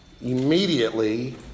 Immediately